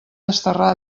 desterrar